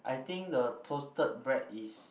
I think the toasted bread is